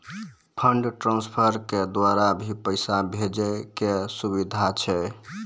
Fund transfer के द्वारा भी पैसा भेजै के सुविधा छै?